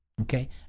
okay